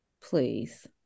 please